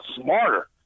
smarter